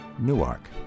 Newark